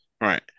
Right